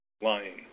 lying